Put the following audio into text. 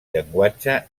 llenguatge